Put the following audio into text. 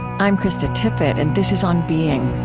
i'm krista tippett, and this is on being